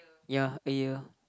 ya a year